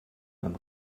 beim